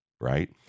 right